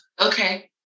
Okay